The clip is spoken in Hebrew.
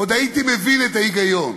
עוד הייתי מבין את ההיגיון.